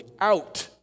out